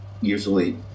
usually